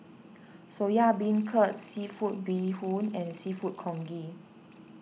Soya Beancurd Seafood Bee Hoon and Seafood Congee